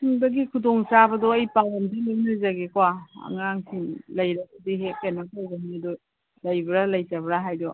ꯁꯣꯝꯗꯒꯤ ꯈꯨꯗꯣꯡ ꯆꯥꯕꯗꯣ ꯑꯩ ꯄꯥꯎ ꯑꯝꯇ ꯂꯧꯅꯖꯒꯦꯀꯣ ꯑꯉꯥꯡꯁꯤꯡ ꯂꯩꯔꯒꯗꯤ ꯍꯦꯛ ꯀꯩꯅꯣ ꯇꯧꯕ ꯃꯤꯗꯣ ꯂꯩꯕ꯭ꯔꯥ ꯂꯩꯇꯕ꯭ꯔꯥ ꯍꯥꯏꯕꯗꯣ